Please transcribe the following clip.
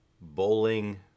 bowling